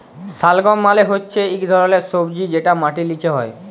শালগাম মালে হচ্যে ইক ধরলের সবজি যেটা মাটির লিচে হ্যয়